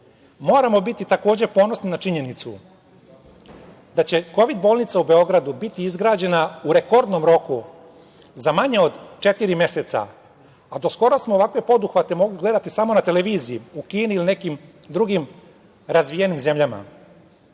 takođe biti ponosni na činjenicu da će Kovid bolnica u Beogradu biti izgrađena u rekordnom roku za manje od četiri meseca, a do skoro smo ovakve poduhvate mogli gledati samo na televiziji u Kini ili nekim drugim razvijenim zemljama.